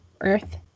Earth